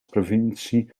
provincie